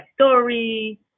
story